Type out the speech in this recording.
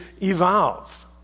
evolve